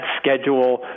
schedule